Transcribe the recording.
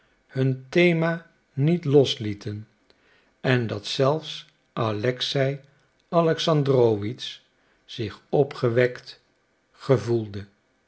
hun thema niet loslieten en dat zelfs alexei alexandrowitsch zich opgewekt gevoelde